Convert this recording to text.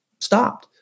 stopped